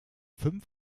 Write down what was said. fünf